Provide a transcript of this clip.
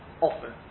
often